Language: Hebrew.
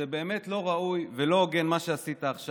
זה באמת לא ראוי ולא הוגן מה שעשית עכשיו.